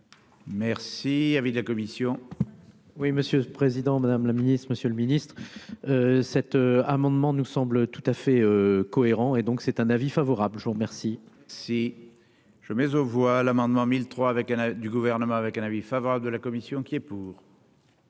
Merci, avis de la commission. Oui, monsieur le Président, Madame la Ministre, Monsieur le Ministre, cet amendement, nous semble tout à fait cohérent et donc c'est un avis favorable, je vous remercie. C'est. Je mise aux voix, l'amendement mille trois avec du gouvernement avec un avis favorable de la commission qui est pour.